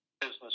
business